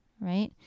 Right